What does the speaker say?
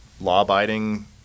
law-abiding